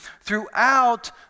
throughout